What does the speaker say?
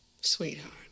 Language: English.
sweetheart